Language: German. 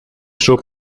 schob